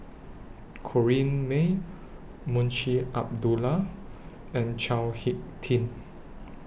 Corrinne May Munshi Abdullah and Chao Hick Tin